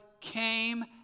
came